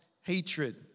hatred